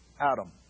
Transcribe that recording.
Adam